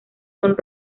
son